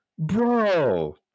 bro